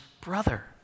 brother